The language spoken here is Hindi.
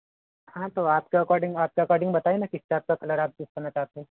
हाँ तो आपका अकॉर्डिंग आपका अकॉर्डिंग बताइए ना किस टाइप का कलर आप चूज़ करना चाहते हैं